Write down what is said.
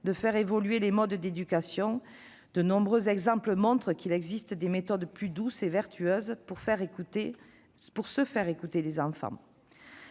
de faire évoluer les modes d'éducation. De nombreux exemples montrent qu'il existe des méthodes plus douces et vertueuses pour se faire écouter des enfants.